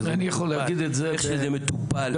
איך שזה מטופל,